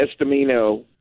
estimino